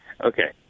okay